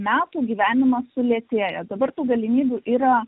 metų gyvenimas sulėtėja dabar tų galimybių yra